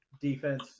defense